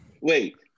Wait